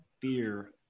fear